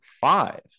five